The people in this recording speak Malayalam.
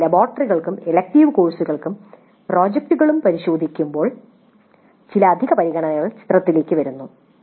പക്ഷേ ലബോറട്ടറികളും എലക്ടീവ് കോഴ്സുകളും പ്രോജക്റ്റുകളും പരിശോധിക്കുമ്പോൾ ചില അധിക പരിഗണനകൾ ചിത്രത്തിലേക്ക് വരുന്നു